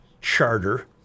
charter